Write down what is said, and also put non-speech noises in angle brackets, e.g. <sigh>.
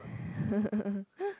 <laughs>